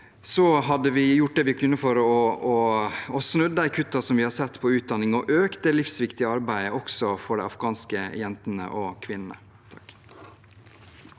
hadde vi gjort det vi kunne for å få snudd de kuttene som vi har sett på utdanning, og økt det livsviktige arbeidet for de afghanske jentene og kvinnene.